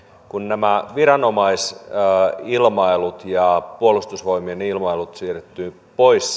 kun nämä viranomaisilmailut ja puolustusvoimien ilmailut siirtyvät pois